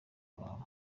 bawe